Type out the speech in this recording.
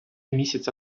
місяця